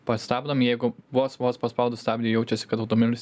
pastabdom jeigu vos vos paspaudus stabdį jaučiasi kad automobilis